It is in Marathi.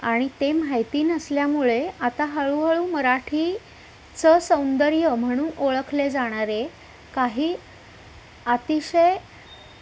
आणि ते माहिती नसल्यामुळे आता हळूहळू मराठीचं सौंदर्य म्हणून ओळखले जाणारे काही अतिशय